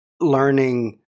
learning